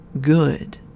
good